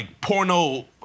porno